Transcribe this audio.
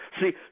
See